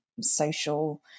social